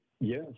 Yes